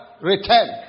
return